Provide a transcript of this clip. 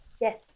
yes